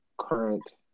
current